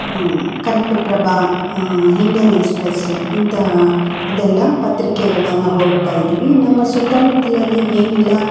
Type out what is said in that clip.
Kannada Prabha Indian Express ಇಂತಹ ಅದೆಲ್ಲಾ ಪತ್ರಿಕೆಗಳನ್ನು ಓದ್ತಾ ಇದ್ವಿ ನಮ್ಮ ಸುತ್ತಮುತ್ತಲಲ್ಲಿ ಏನೆಲ್ಲಾ